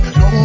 no